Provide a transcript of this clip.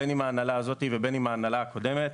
בין עם ההנהלה הזאת ובין עם ההנהלה הקודמת.